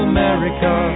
America